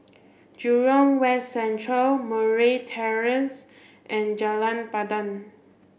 Jurong West Central Murray Terrace and Jalan Pandan